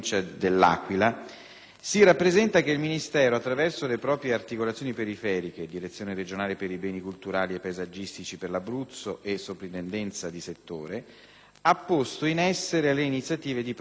si rappresenta che il Ministero, attraverso le proprie articolazioni periferiche (Direzione regionale per i beni culturali e paesaggistici per l'Abruzzo e Soprintendenza di settore), ha posto in essere le iniziative di propria competenza.